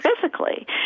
physically